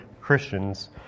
christians